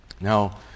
Now